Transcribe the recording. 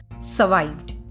survived